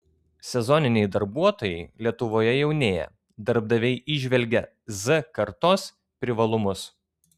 sezoniniai darbuotojai lietuvoje jaunėja darbdaviai įžvelgia z kartos privalumus